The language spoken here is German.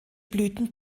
blüten